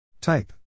type